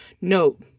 Note